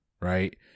right